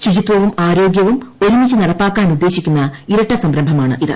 ശുചിത്വവും ആരോഗ്യവും ഒരുമിച്ച് നടപ്പാക്കാനുദ്ദേശിക്കുന്ന ഇരട്ട സംരംഭമാണ് ഇത്